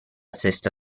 sesta